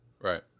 right